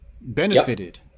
benefited